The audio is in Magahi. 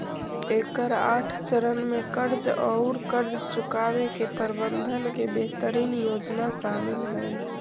एकर आठ चरण में कर्ज औउर कर्ज चुकावे के प्रबंधन के बेहतरीन योजना शामिल हई